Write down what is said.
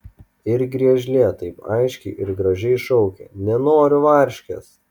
ir griežlė taip aiškiai ir gražiai šaukia nenoriu varškės